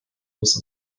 muss